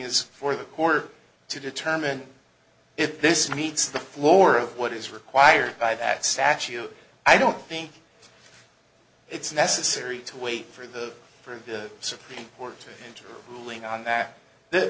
is for the court to determine if this meets the floor of what is required by that statute i don't think it's necessary to wait for the proof the supreme court ruling on that